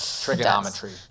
Trigonometry